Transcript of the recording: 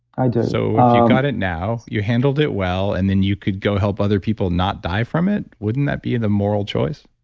i do so got it now, you handled it well and then you could go help other people not die from it wouldn't that be the moral choice?